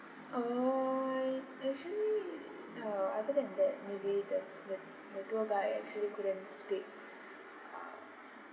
I actually uh other than that maybe the the the tour guide actually couldn't speak uh